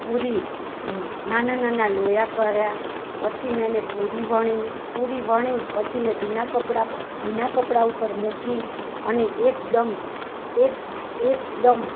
પુરી નાના નાના લોયા કર્યા પછી મેને પુરી વણી પુરી વણીને પછી મેં ભીના કપડાં ભીના કપડાં ઉપર મૂકી અને એકદમ એક એકદમ